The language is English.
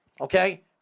okay